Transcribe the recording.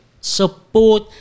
Support